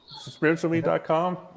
Spiritualme.com